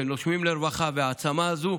של נושמים לרווחה וההעצמה הזו,